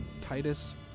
Titus